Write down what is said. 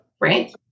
Right